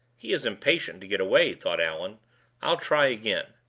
he is impatient to get away, thought allan i'll try again.